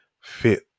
fit